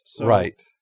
Right